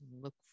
Look